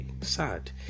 sad